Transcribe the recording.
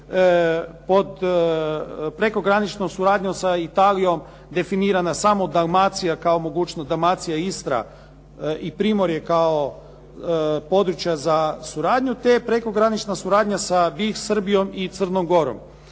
pod prekograničnom suradnjom sa Italijom definirana samo Dalmacija kao mogućnost, Dalmacija i Istra i primorje kao područja za suradnju, te prekogranična suradnja sa BiH, Srbijom i Crnom Gorom.